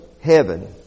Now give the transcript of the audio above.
heaven